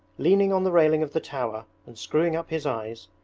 leaning on the railing of the tower and screwing up his eyes,